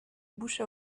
bouche